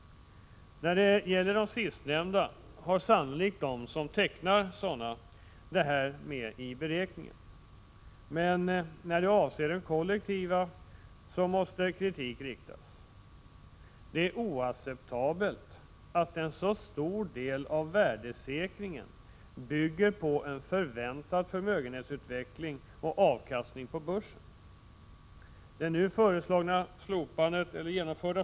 När det gäller de sistnämnda har sannolikt de som tecknar sådana tagit med det här i beräkningen. Men när det gäller de kollektiva pensionerna måste kritik framföras. Det är oacceptabelt att en så stor del av ”värdesäkringen” bygger på en förväntad förmögenhetsutveckling och avkastning på börsen.